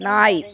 நாய்